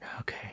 Okay